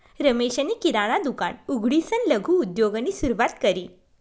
रमेशनी किराणा दुकान उघडीसन लघु उद्योगनी सुरुवात करी